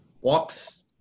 walks